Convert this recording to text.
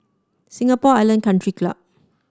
Singapore Island Country Club